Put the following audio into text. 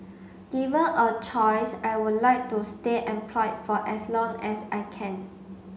given a choice I would like to stay employed for as long as I can